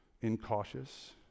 incautious